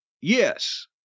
Yes